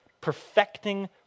perfecting